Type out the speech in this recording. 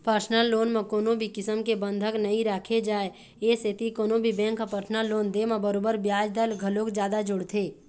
personal loan म कोनो भी किसम के बंधक नइ राखे जाए ए सेती कोनो भी बेंक ह परसनल लोन दे म बरोबर बियाज दर घलोक जादा जोड़थे